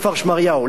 בכפר-שמריהו,